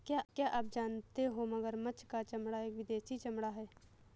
क्या आप जानते हो मगरमच्छ का चमड़ा एक विदेशी चमड़ा है